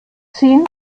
ziehen